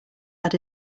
had